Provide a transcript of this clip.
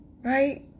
right